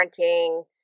parenting